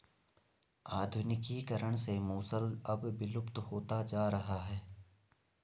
आधुनिकीकरण से मूसल अब विलुप्त होता जा रहा है